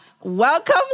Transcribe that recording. welcome